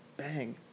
Bang